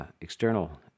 external